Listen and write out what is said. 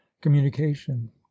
communication